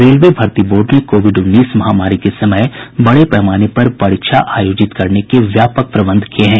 railway भर्ती board ने Covid उन्नीस महामारी के समय में बड़े पैमाने पर परीक्षा आयोजित करने के व्यापक प्रबंध किए हैं